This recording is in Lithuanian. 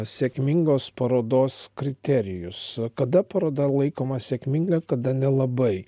sėkmingos parodos kriterijus kada paroda laikoma sėkminga kada nelabai